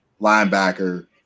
linebacker